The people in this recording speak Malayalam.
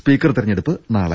സ്പീക്കർ തെരഞ്ഞെടുപ്പ് നാളെ